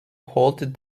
halted